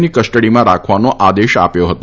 ની કસ્ટડીમાં રાખવાનો આદેશ આપ્યો હતો